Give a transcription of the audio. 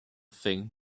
thing